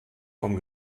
vom